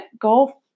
go